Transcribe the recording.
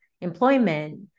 employment